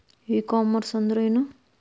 E commerce ಅಂದ್ರೇನು?